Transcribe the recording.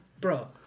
Bro